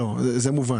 זה מובן.